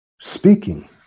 speaking